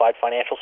financial